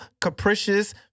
capricious